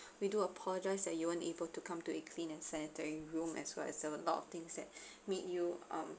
we do apologize that you weren't able to come to a clean and sanitary room as well as there were a lot of things that made you um